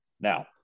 Now